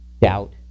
Doubt